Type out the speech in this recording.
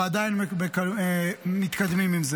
ועדיין מתקדמים עם זה.